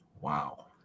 Wow